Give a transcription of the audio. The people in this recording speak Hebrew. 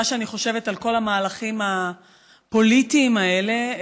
שאני חושבת על כל המהלכים הפוליטיים האלה.